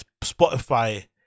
spotify